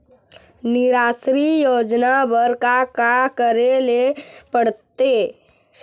निराश्री योजना बर का का करे ले पड़ते?